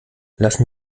lassen